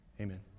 amen